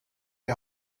die